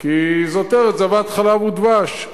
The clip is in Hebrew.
כי זאת ארץ זבת חלב ודבש.